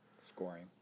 scoring